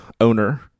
owner